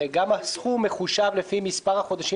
הרי גם הסכום מחושב לפי מספר החודשים